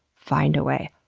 find a way.